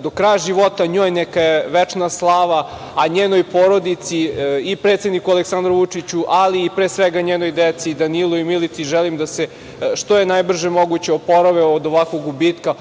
do kraja života. Njoj neka je večna slava, a njenoj porodici i predsedniku Aleksandru Vučiću, ali i njenoj deci Danilu i Milici želim da se što pre oporave od ovakvog gubitka,